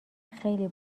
خیلی